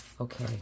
okay